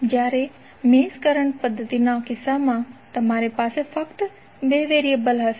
જ્યારે mesh current પદ્ધતિના કિસ્સામાં તમારી પાસે ફક્ત 2 વેરીએબલ હશે